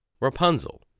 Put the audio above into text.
Rapunzel